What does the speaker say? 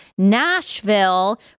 Nashville